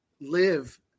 live